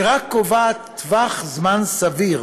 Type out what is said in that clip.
היא רק קובעת טווח זמן סביר,